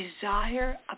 desire